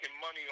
money